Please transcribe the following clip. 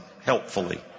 helpfully